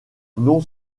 non